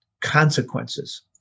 consequences